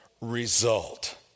result